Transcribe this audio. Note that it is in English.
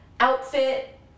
Outfit